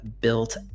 built